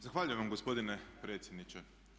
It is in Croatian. Zahvaljujem vam gospodine predsjedniče.